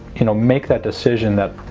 you know make that decision that,